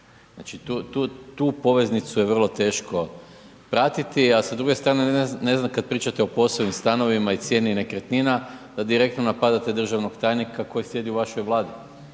Znači tu poveznicu je vrlo teško pratiti a s druge strane ne znam kad pričate o POS-ovim stanovima i cijeni nekretnina da direktno napadate državnog tajnika koji sjedi u vašoj Vladi,